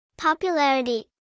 Popularity